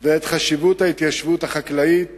ואת חשיבות ההתיישבות החקלאית